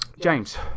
James